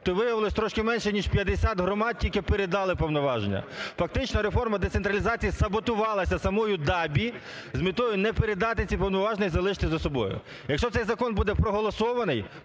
То, виявилося, трішки менше ніж 50 громад тільки передали повноваження. Фактично реформа децентралізації саботувалася самою ДАБІ з метою не передати ці повноваження і залишити за собою. Якщо цей закон буде проголосований,